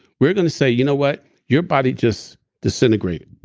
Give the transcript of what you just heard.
we're going to say, you know what? your body just disintegrated.